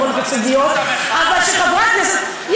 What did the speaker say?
אבל כשחברת כנסת, אבל זו זכות המחאה.